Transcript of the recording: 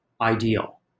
ideal